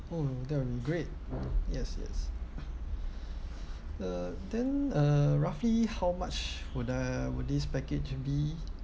oh that will be great yes yes uh then uh roughly how much would I would this package be